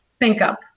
ThinkUp